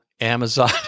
Amazon